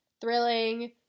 thrilling